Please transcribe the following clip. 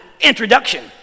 introduction